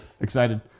Excited